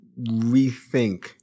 rethink